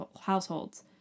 households